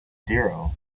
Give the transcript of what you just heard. zero